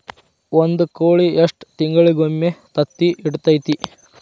ಒಂದ್ ಕೋಳಿ ಎಷ್ಟ ತಿಂಗಳಿಗೊಮ್ಮೆ ತತ್ತಿ ಇಡತೈತಿ?